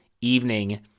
evening